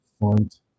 Font